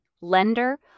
lender